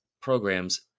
programs